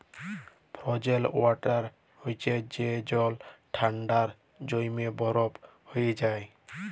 frozen water হছে যে জল ঠাল্ডায় জইমে বরফ হঁয়ে যায়